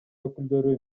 өкүлдөрү